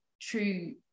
true